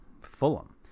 Fulham